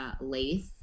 lace